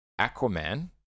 Aquaman